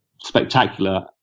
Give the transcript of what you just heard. spectacular